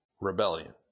Rebellion